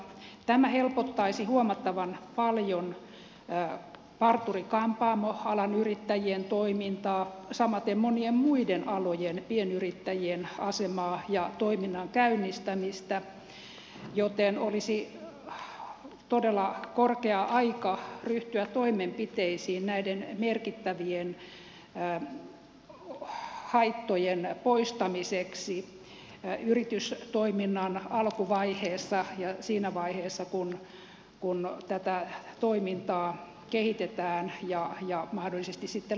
tämä helpottaisi huomattavan paljon parturi kampaamoalan yrittäjien toimintaa samaten monien muiden alojen pienyrittäjien asemaa ja toiminnan käynnistämistä joten olisi todella korkea aika ryhtyä toimenpiteisiin näiden merkittävien haittojen poistamiseksi yritystoiminnan alkuvaiheessa ja siinä vaiheessa kun tätä toimintaa kehitetään ja mahdollisesti sitten laajennetaan